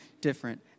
different